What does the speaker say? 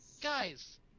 guys